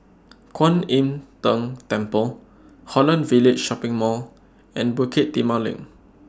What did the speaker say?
Kwan Im Tng Temple Holland Village Shopping Mall and Bukit Timah LINK